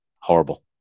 horrible